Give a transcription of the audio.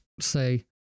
say